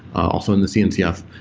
also in the cncf.